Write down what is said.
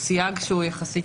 הוא סייג רחב.